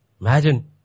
Imagine